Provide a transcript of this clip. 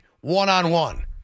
one-on-one